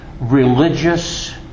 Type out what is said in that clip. religious